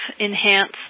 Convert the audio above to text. enhance